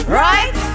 right